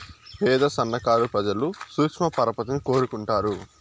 పేద సన్నకారు ప్రజలు సూక్ష్మ పరపతిని కోరుకుంటారు